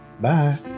bye